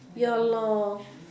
ya lah